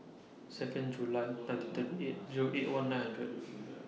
Second July nineteen thirty eight Zero eight one nine hundred